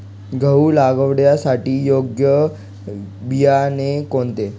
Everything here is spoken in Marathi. गहू लागवडीसाठी योग्य बियाणे कोणते?